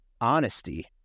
honesty